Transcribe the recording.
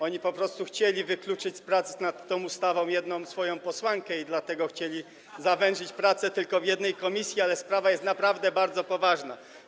Oni po prostu chcieli wykluczyć z prac nad tą ustawą jedną swoją posłankę i dlatego chcieli zawęzić prace tylko do jednej komisji, ale sprawa jest naprawdę bardzo poważna.